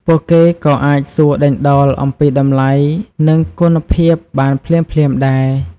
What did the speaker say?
ពួកគេក៏អាចសួរដេញដោលអំពីតម្លៃនិងគុណភាពបានភ្លាមៗដែរ។